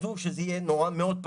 ותנו שהסיפור הזה יהיה מאוד פשוט.